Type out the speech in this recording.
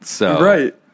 Right